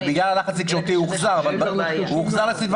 ובגלל הלחץ התקשורתי הוא הוחזר אבל הוא הוחזר לסביבה